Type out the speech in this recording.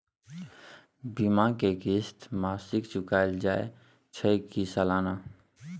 बीमा के किस्त मासिक चुकायल जाए छै की सालाना?